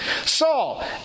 Saul